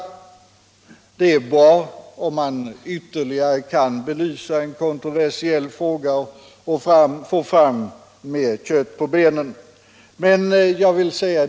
Det är bra om man ytterligare kan belysa och få mer kött på benen i en kontroversiell fråga.